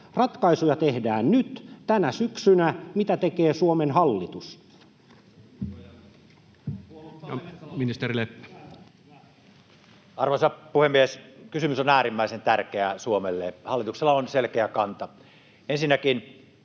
Ratkaisuja tehdään nyt tänä syksynä. Mitä tekee Suomen hallitus?